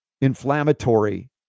inflammatory